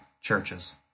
churches